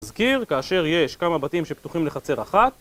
אזכיר, כאשר יש כמה בתים שפתוחים לחצר אחת,